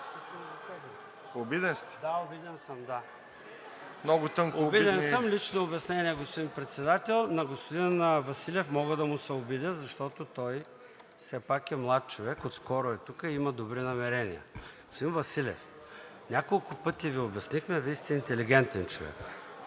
обидени… ЙОРДАН ЦОНЕВ (ДПС): Обиден съм. Лично обяснение, господин Председател. На господин Василев мога да му се обидя, защото той все пак е млад човек, отскоро е тук и има добри намерения. Господин Василев, няколко пъти Ви обяснихме, а Вие сте интелигентен човек